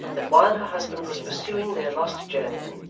that while her husband was pursuing their lost journeyman,